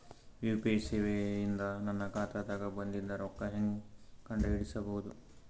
UPI ಸೇವೆ ಇಂದ ನನ್ನ ಖಾತಾಗ ಬಂದಿದ್ದ ರೊಕ್ಕ ಹೆಂಗ್ ಕಂಡ ಹಿಡಿಸಬಹುದು?